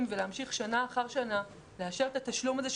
ולהמשיך שנה אחר שנה לאשר את התשלום הזה,